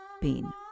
pain